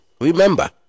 Remember